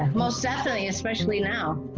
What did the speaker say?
most definitely, especially now.